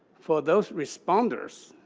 for those responders